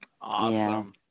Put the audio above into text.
awesome